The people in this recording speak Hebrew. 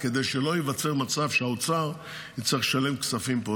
כדי שלא ייווצר מצב שהאוצר צריך לשלם כספים פה.